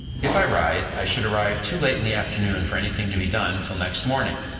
if i ride, i should arrive too late in the afternoon for any thing to be done till next morning,